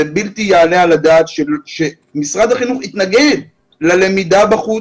זה בלתי יעלה על הדעת שמשרד החינוך התנגד ללמידה בחוץ,